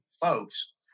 folks